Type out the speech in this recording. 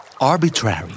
Arbitrary